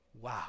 wow